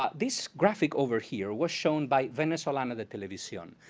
ah this graphic over here was shown by venezolana, the television.